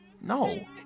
no